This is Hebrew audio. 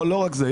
לא רק זה.